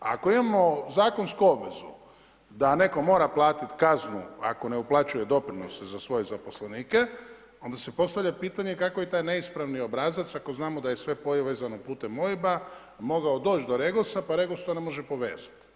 Ako imamo zakonsku obvezu da netko mora uplatiti kaznu, ako ne uplaćuje doprinos za svoje zaposlenike, onda se postavlja pitanje, kako je to neispravni obrazac ako znamo da je sve povezano putem OIB-a mogao doći do REGOS-a, pa REGOS to ne može povezati.